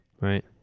right